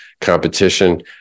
competition